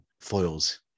foils